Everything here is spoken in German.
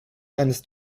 eines